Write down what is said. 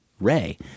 Ray